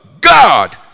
God